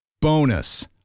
Bonus